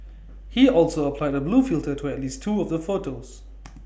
he also applied A blue filter to at least two of the photos